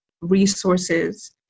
resources